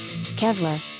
Kevlar